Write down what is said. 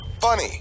Funny